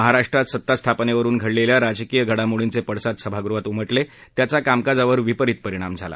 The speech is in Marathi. महाराष्ट्रात सत्तास्थापनेवरून घडलेल्या राजकीय घडामोडींचे पडसाद सभागृहात उमटले त्याचा कामकाजावर विपरीत परिणाम झाला